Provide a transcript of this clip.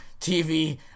TV